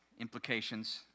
implications